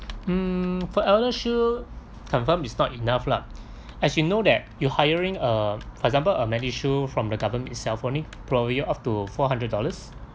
mm for eldershield confirm is not enough lah as you know that you're hiring uh for example uh medishield from the government itself only provide you up to four hundred dollars